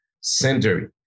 century